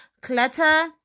clutter